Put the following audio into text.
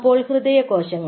അപ്പോൾ ഹൃദയകോശങ്ങൾ